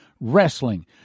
wrestling